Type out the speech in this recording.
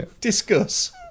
Discuss